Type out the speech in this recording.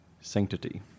sanctity